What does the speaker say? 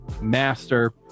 master